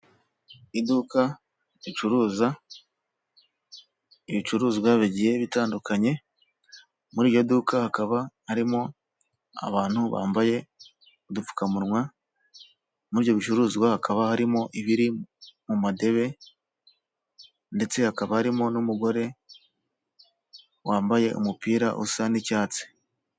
Iduka ricuruza ibicuruzwa bigiye bitandukanye muri iryo duka hakaba harimo abantu bambaye udupfukamunwa, muri ibyo bicuruzwa hakaba harimo ibiri mu madebe ndetse hakaba harimo n'umugore wambaye umupira usa n'icyatsi.